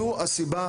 זו הסיבה,